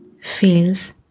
feels